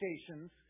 stations